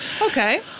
Okay